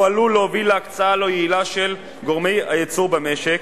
הוא עלול להוביל להקצאה לא יעילה של גורמי הייצור במשק,